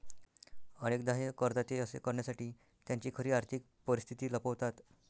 अनेकदा हे करदाते असे करण्यासाठी त्यांची खरी आर्थिक परिस्थिती लपवतात